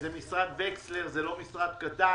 זה משרד וכסלר שהוא לא משרד קטן.